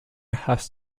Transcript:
has